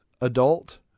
adult